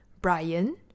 Brian